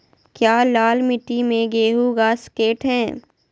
क्या लाल मिट्टी में गेंहु उगा स्केट है?